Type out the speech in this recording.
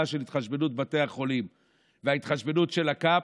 של התחשבנות בתי החולים וההתחשבנות של ה-cap,